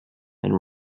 and